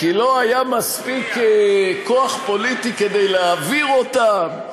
כי לא היה מספיק כוח פוליטי כדי להעביר אותם?